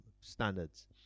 standards